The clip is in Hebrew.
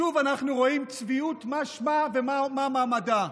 שוב אנחנו רואים צביעות מה שמה ומה מעמדה.